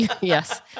Yes